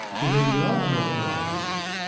for they love not marcius.